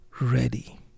ready